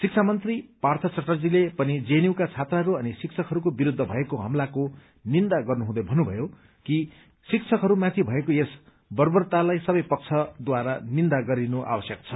शिक्षा मन्त्री पार्थ च्याटर्जीले पनि जेएनयूका छात्राहरू अनि शिक्षकहरूको विरूद्ध भएको हमलाको निन्दा गर्नुहुँदै भन्नुभयो कि शिक्षकहरूमाथि भएको यस बर्बरतालाई सबै पक्षद्वारा निन्दा गरिनु आवश्यक छ